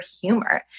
humor